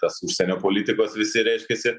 tas užsienio politikos visi reiškiasi